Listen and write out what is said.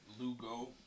Lugo